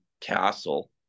Castle